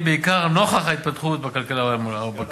בעיקר לנוכח ההתפתחות בכלכלה העולמית.